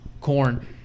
corn